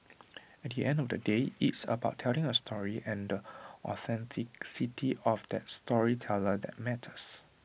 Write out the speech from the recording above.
at the end of the day it's about telling A story and the authenticity of that storyteller that matters